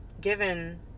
given